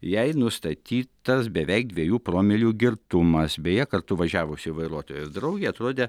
jai nustatytas beveik dviejų promilių girtumas beje kartu važiavusi vairuotojos draugė atrodė